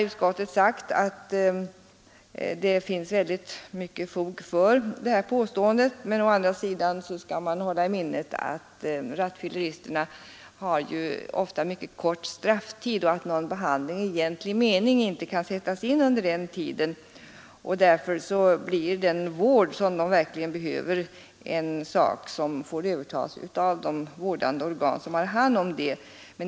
Utskottet har sagt att det finns fog för detta påstående, men å andra sidan skall man hålla i minnet att rattfylleristerna ofta har mycket kort strafftid och att en behandling i egentlig mening inte kan sättas in under den tiden. Därför får den vård de behöver ges av de vårdande organ som har hand härom.